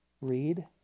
read